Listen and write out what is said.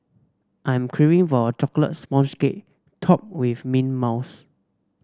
I am craving for a chocolate sponge cake topped with mint mousse